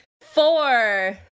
Four